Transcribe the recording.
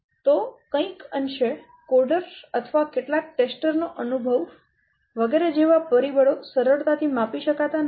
તો કંઈક અંશે કોડર અથવા કેટલાક પરીક્ષક નો અનુભવ જેવા પરિબળો સરળતા થી માપી શકાતા નથી